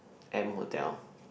M-Hotel